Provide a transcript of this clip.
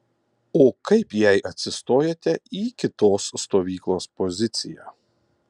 o kaip jei atsistojate į kitos stovyklos poziciją